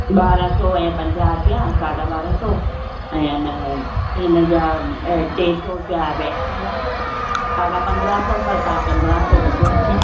ॿारहं सौ ऐं पंजाह रुपिया साढा ॿारहं सौ ऐं इन हिन जा टे सौ रुपिया वैक्स जा साढा पंद्रहं सौ पर तव्हां पंद्रहं सौ ॾिजो मूंखे